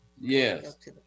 yes